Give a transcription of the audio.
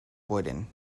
wooden